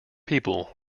people